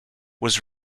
was